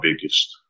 biggest